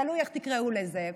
תלוי איך תקראו לזה,